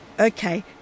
Okay